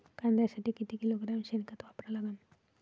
कांद्यासाठी किती किलोग्रॅम शेनखत वापरा लागन?